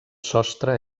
sostre